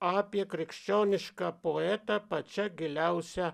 apie krikščionišką poetą pačia giliausia